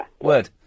Word